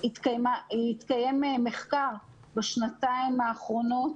התקיים מחקר בשנתיים האחרונות,